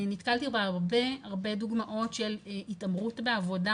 נתקלתי בהרבה דוגמאות של התעמרות בעבודה